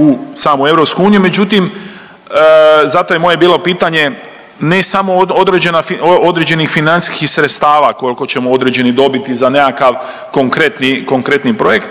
u samu EU. Međutim, zato je moje bilo pitanje ne samo određenih financijskih sredstava koliko ćemo određeni dobiti za nekakav konkretni projekt,